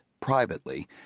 privately